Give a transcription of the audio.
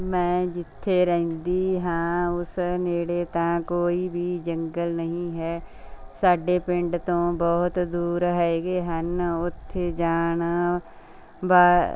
ਮੈਂ ਜਿੱਥੇ ਰਹਿੰਦੀ ਹਾਂ ਉਸ ਨੇੜੇ ਤਾਂ ਕੋਈ ਵੀ ਜੰਗਲ ਨਹੀਂ ਹੈ ਸਾਡੇ ਪਿੰਡ ਤੋਂ ਬਹੁਤ ਦੂਰ ਹੈਗੇ ਹਨ ਉੱਥੇ ਜਾਣਾ ਬਾ